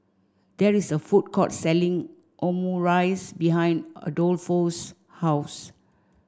there is a food court selling Omurice behind Adolfo's house